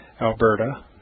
Alberta